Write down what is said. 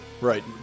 right